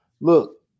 Look